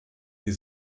die